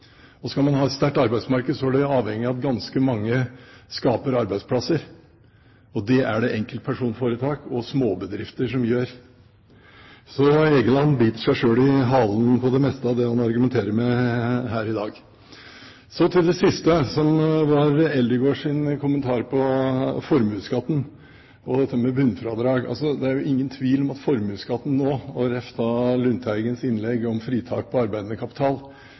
Skal man ha et sterkt arbeidsmarked, er man avhengig av at ganske mange skaper arbeidsplasser. Det er det enkeltpersonforetak og småbedrifter som gjør. Så Egeland biter seg selv i halen på det meste av det han argumenterer med her i dag. Så til det siste, som var Eldegards kommentar om formuesskatten og dette med bunnfradrag. Det er ingen tvil om at formuesskatten – jamfør Lundteigens innlegg om fritak på arbeidende kapital